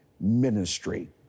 ministry